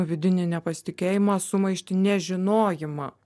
vidinį nepasitikėjimą sumaištį nežinojimą